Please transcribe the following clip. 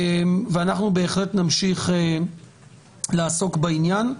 ואנחנו בהחלט נמשיך לעסוק בעניין.